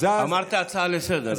אמרת הצעה לסדר,